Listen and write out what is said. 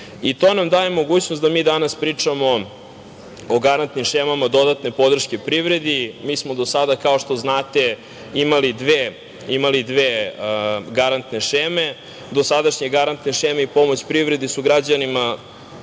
nam daje mogućnost da mi danas pričamo o garantnim šemama dodatne podrške privredi. Mi smo do sada, kao što znate, imali dve garantne šeme. Dosadašnje garantne šeme i pomoć privredi i građanima